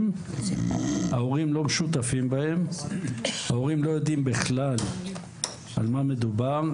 ההורים לא יודעים בכלל על מה מדובר,